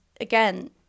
again